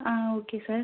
ah okay sir